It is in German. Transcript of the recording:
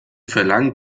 verlangen